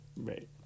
Right